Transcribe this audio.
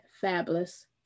fabulous